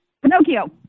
Pinocchio